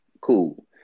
cool